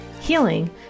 healing